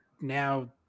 now